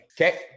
Okay